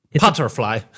Butterfly